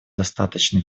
достаточно